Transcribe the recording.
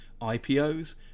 IPOs